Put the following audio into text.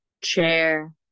chair